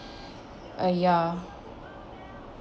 uh ya